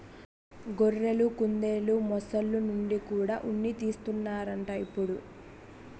గొర్రెలు, కుందెలు, మొసల్ల నుండి కూడా ఉన్ని తీస్తన్నారట ఇప్పుడు